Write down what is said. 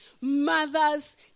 Mothers